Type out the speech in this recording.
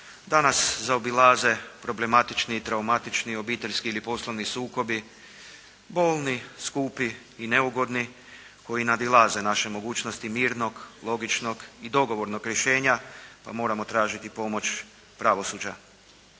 da nas zaobilaze problematični i traumatični obiteljski ili poslovni sukobi, bolni, skupi i neugodni koji nadilaze naše mogućnosti mirnog, logičnog i dogovornog rješenja, pa moramo tražiti pomoć pravosuđa.